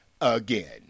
again